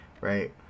right